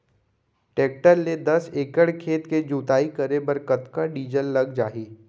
Tractor ले दस एकड़ खेत के जुताई करे बर कतका डीजल लग जाही?